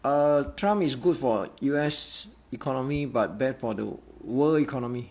uh trump is good for U_S economy but bad for the world economy